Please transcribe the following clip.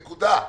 נקודה,